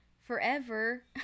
forever